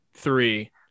three